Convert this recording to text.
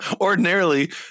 Ordinarily